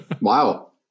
Wow